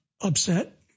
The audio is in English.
upset